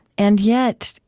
and yet,